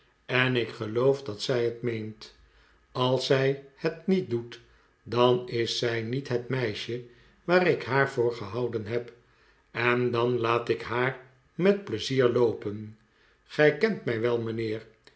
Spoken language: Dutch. en ik geloof dat zij het meent als zij het niet doet dan is zij niet het meisje waar ik haar voor gehouden heb en dan laat ik haar met pleizier loopen gij kent mij wel mijnheer